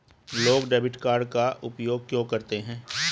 लोग debit card का उपयोग क्यों करते हैं?